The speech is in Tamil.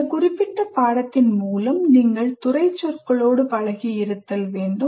இந்த குறிப்பிட்ட பாடத்தின் மூலம் நீங்கள் துறைசொற்களோடு பழகி இருத்தல் வேண்டும்